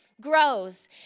grows